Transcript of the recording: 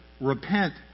repent